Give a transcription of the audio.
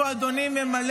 אתה מודע